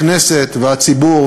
הכנסת והציבור,